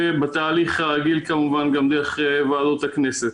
ובתהליך הרגיל כמובן גם דרך ועדות הכנסת